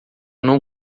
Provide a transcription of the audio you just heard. não